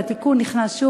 והתיקון נכנס,